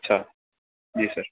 अच्छा जी सर